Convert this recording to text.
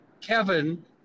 Kevin